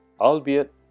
albeit